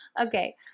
Okay